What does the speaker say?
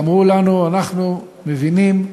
ואמרו לנו: אנחנו מבינים,